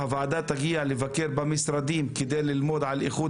הוועדה תגיע לבקר במשרדים כדי ללמוד על איכות